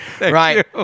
right